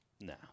No